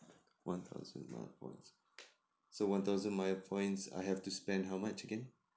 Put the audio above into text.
one thousand mile points so one thousand mile points I have to spend how much again